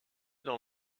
dans